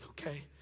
okay